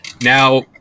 Now